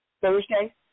Thursday